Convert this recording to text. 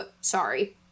sorry